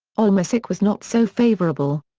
allmusic was not so favourable.